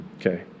Okay